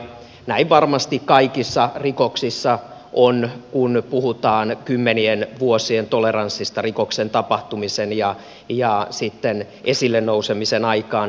näin varmasti kaikissa rikoksissa on kun puhutaan kymmenien vuosien toleranssista rikoksen tapahtumisen ja sitten esille nousemisen aikaan